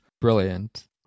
brilliant